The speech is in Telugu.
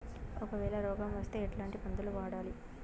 ఒకవేల రోగం వస్తే ఎట్లాంటి మందులు వాడాలి?